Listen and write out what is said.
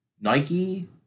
Nike